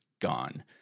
gone